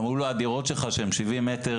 אמרו לו: הדירות שלך שהן 70 מ"ר,